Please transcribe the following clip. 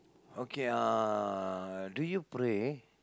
okay uh do you pray